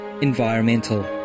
Environmental